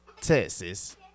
Texas